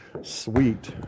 Sweet